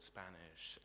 Spanish